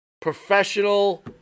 professional